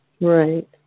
Right